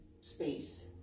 space